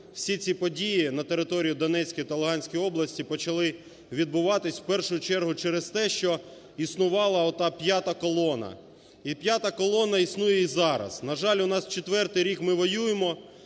всі ці події на території Донецької та Луганської області почали відбуватися, в першу чергу, через те, що існувала ота "п'ята колона". І "п'ята колона" існує і зараз. На жаль, у нас четвертий рік ми воюємо,